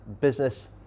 business